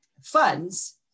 funds